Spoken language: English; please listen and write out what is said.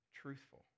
truthful